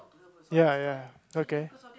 ya ya okay